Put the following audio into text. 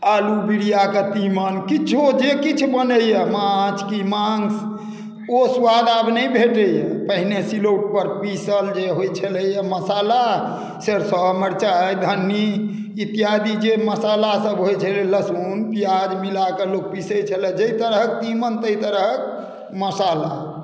आलू बिरियाके तीमन किछो जे किछु बनैए माछ कि माँस ओ स्वाद आब नहि भेटैए पहिने सिलौटपर पीसल जे होइत छलैए मसाला सरिसो मरिचाइ धन्नी इत्यादि जे मसालासभ होइत छलै लहसुन प्याज मिला कऽ लोक पीसैत छलए जाहि तरहक तीमन ताहि तरहक मसाला